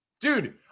Dude